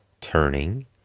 turning